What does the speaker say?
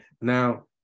Now